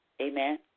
Amen